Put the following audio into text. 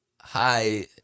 Hi